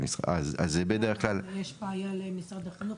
אז בדרך כלל --- יש בעיה למשרד החינוך,